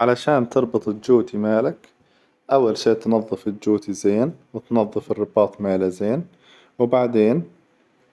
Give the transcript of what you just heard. علشان تربط الجوتي مالك، أول شي تنظف الجوتي زين وتنظف الرباط ماله زين، وبعدين